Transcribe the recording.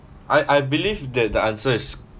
I I believe that the answer is